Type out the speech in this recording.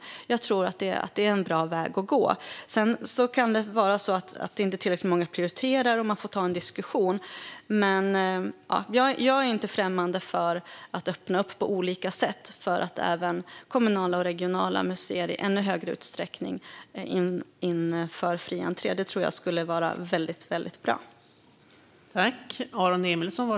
Jag tror att detta är en bra väg att gå. Sedan kan det vara så att inte tillräckligt många prioriterar det, och då får man ta en diskussion. Men jag är inte främmande för att på olika sätt öppna för att även kommunala och regionala museer i ännu högre utsträckning inför fri entré. Det tror jag skulle vara väldigt bra.